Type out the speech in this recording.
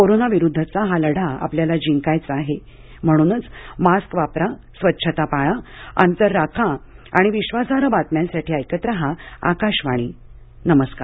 corona विरुद्धचा हा लढा आपल्याला जिंकायचा आहे म्हणूनच मास्क वापरा स्वच्छता पाळा अंतर राखा आणि विश्वासार्ह बातम्यांसाठी ऐकत रहा आकाशवाणी नमस्कार